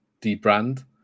de-brand